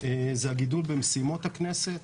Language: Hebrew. זה הגידול במשימות הכנסת.